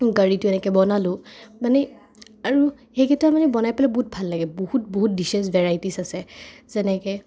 কাৰীতো এনেকে বনালোঁ মানে আৰু সেইকেইটা মানে বনাই পেলাই বহুত ভাল লাগে বহুত বহুত ডিছেছ ভেৰাইটিজ আছে যেনেকৈ